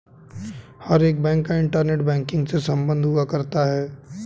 हर एक बैंक का internet banking से सम्बन्ध हुआ करता है